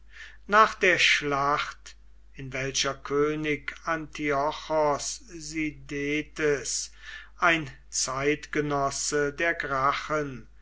nach der schlacht in welcher könig antiochos sidetes ein zeitgenosse der gracchen